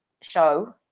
show